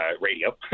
radio